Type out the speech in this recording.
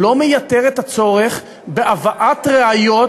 זה לא מייתר את הצורך בהבאת ראיות